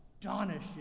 astonishing